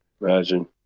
Imagine